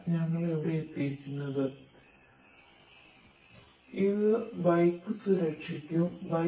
tech